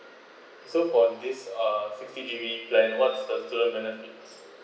so from these uh sixty G_B plan what's the student benefits